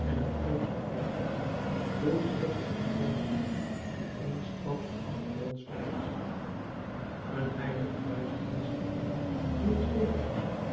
en een uitgang zoekend hoe schrikkelijk is dan de muur die eensklaps achter ons verrijst een heilige duisternis te voelen die ons tegenhoudt